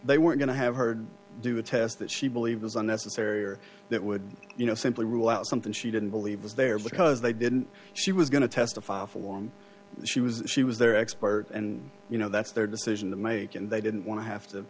they were going to have heard do a test that she believed was unnecessary or that would you know simply rule out something she didn't believe was there because they didn't she was going to testify a form she was she was their expert and you know that's their decision to make and they didn't want to have to